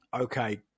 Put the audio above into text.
Okay